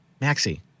maxi